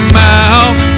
mouth